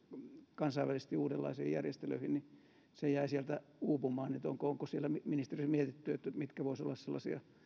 kansainvälisesti uudenlaisiin järjestelyihin jäi sieltä uupumaan onko onko siellä ministeriössä mietitty mitkä voisivat olla sellaisia